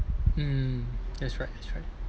mm that's right that's right